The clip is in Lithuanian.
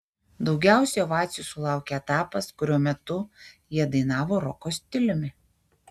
daugiausiai ovacijų sulaukė etapas kurio metu jie dainavo roko stiliumi